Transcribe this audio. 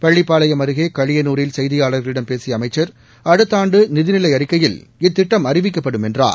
பள்ளிபாளையம் அருகே களியனூரில் செய்தியாளர்களிடம் பேசிய அமைச்சர் அடுத்த ஆண்டு நிதிநிலை அறிக்கையில் இத்திட்டம் அறிவிக்கப்படும் என்றார்